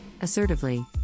assertively